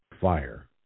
fire